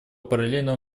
параллельного